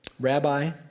Rabbi